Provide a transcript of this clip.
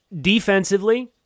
Defensively